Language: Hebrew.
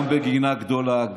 גם בגינה גדולה.